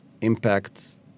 impacts